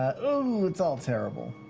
ooh, that's all terrible.